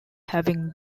having